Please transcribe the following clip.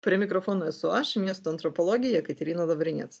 prie mikrofono esu aš miesto antropologė jekaterina lavrinec